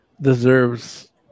deserves